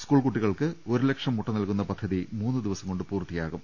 school കുട്ടികൾക്ക് ഒരുലക്ഷം മുട്ട നൽകുന്ന പദ്ധതി മൂന്ന് ദിവസം കൊണ്ട് പൂർത്തിയാകും